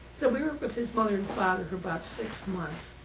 so we were with his mother and father for about six months.